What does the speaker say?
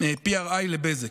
PRI לבזק.